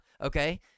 okay